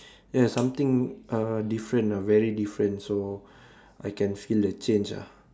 ya something uh different lah very different so I can feel the change lah